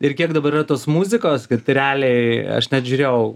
ir kiek dabar yra tos muzikos kad realiai aš net žiūrėjau